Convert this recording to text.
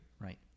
right